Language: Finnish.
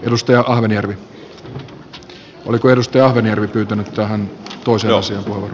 ennuste ahvenjärvi valikoidusti ahvenjärvi pyytänyt rahan pois jos